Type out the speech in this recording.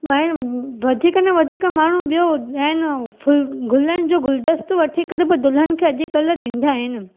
उहो एन वधीक में वधीक माण्हू ॿियो एन फुल गुलनि जो गुलदस्तो वठी करे बि दुल्हनि खे अॼु कल्ह ॾींदा आहिनि